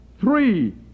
three